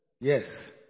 Yes